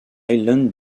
highlands